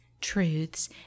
truths